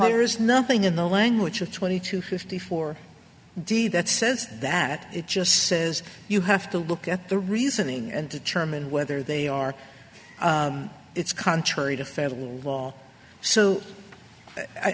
is nothing in the language of twenty to fifty four d that says that it just says you have to look at the reasoning and determine whether they are it's contrary to federal law so